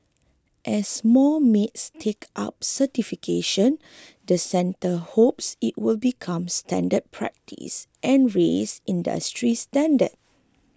as more maids take up certification the centre hopes it will become standard practice and raise industry standards